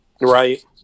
Right